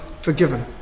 forgiven